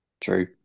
True